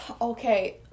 okay